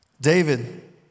David